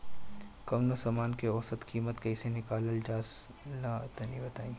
कवनो समान के औसत कीमत कैसे निकालल जा ला तनी बताई?